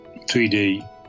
3D